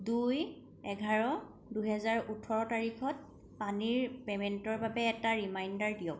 দুই এঘাৰ দুহেজাৰ ওঠৰ তাৰিখত পানীৰ পে'মেণ্টৰ বাবে এটা ৰিমাইণ্ডাৰ দিয়ক